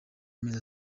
amezi